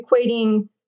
equating